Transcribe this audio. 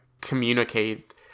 communicate